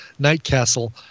Nightcastle